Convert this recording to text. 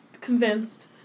convinced